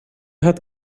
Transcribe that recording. hat